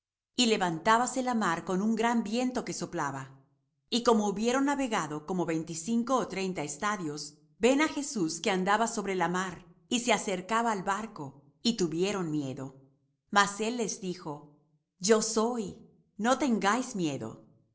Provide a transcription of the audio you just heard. y levantábase la mar con un gran viento que soplaba y como hubieron navegado como veinticinco ó treinta estadios ven á jesús que andaba sobre la mar y se acercaba al barco y tuvieron miedo mas él les dijo yo soy no tengáis miedo